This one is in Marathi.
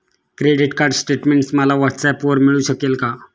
क्रेडिट कार्ड स्टेटमेंट मला व्हॉट्सऍपवर मिळू शकेल का?